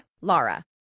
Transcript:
Laura